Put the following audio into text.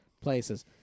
places